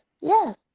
Yes